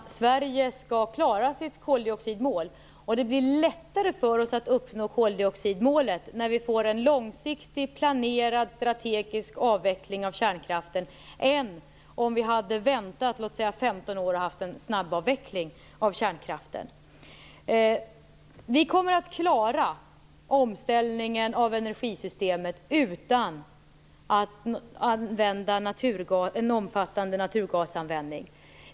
Herr talman! Sverige skall klara sitt koldioxidmål. Det blir lättare för oss att uppnå koldioxidmålet när vi får en långsiktigt planerad, strategisk avveckling av kärnkraften, än om vi hade väntat 15 år och fått göra en snabbavveckling av kärnkraften. Vi kommer att klara omställningen av energisystemet utan en omfattande naturgasanvändning.